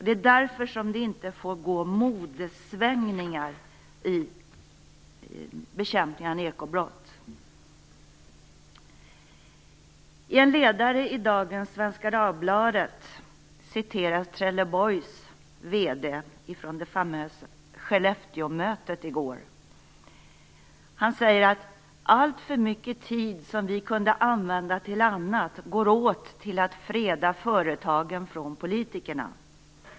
Det är därför som det inte får gå modesvängningar i bekämpningen av ekobrott. I en ledare i dagens Svenska Dagbladet citeras Han säger att "alltför mycket tid som vi kunde använda till annat går åt till att freda företagen från politikerna."